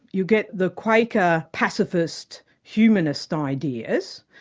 you get the quaker pacifist, humanist ideas,